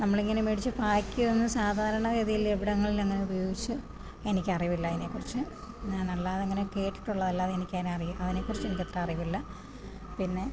നമ്മൾ ഇങ്ങനെ മേടിച്ച് പായ്ക്ക് അതൊന്നും സാധാരണ ഗതിയിൽ ഇവിടങ്ങളിൽ അങ്ങനെ ഉപയോഗിച്ചു എനിക്ക് അറിവില്ല അതിനെ കുറിച്ച് ഞാൻ അല്ലാതെ അങ്ങനെ കേട്ടിട്ടുള്ളത് അല്ലാതെ എനിക്ക് അതിനെ അതിനെ കുറിച്ച് എനിക്ക് അത്ര അറിവില്ല പിന്നെ